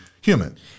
human